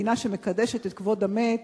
מדינה שמקדשת את כבוד המת,